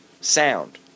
sound